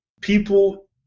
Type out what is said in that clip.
people